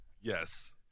Yes